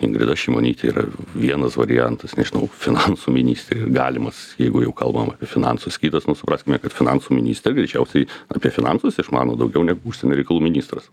ingrida šimonytė yra vienas variantas nežinau finansų ministrė galimas jeigu jau kalbam apie finansus kitas nu supraskime kad finansų ministrė greičiausiai apie finansus išmano daugiau negu užsienio reikalų ministras